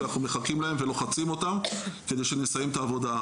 ואנחנו מחכים להם ולוחצים אותם כדי שנסיים את העבודה.